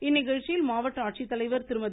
இந்நிகழ்ச்சியில் மாவட்ட ஆட்சித்தலைவர் திருமதி